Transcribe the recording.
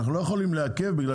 אנחנו לא יכולים לעכב.